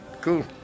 cool